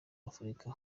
afurika